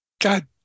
God